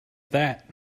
that